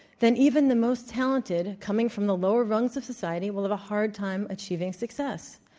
then even the most talented coming from the lower rungs of society will have a hard time achieving success.